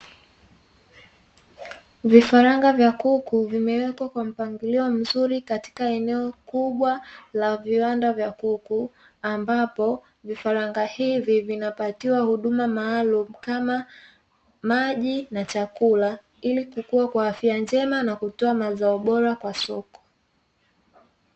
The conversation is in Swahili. Vifaranga vya kuku vimewekwa kwa mpangilio mzuri katika eneo kubwa la viwanda vya kuku, ambapo vifaranga hivi vinapatiwa huduma maalumu kama maji na chakula ili kukua kwa afya njema na kutoa mazao bora kwa soko.